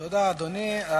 תודה, אדוני.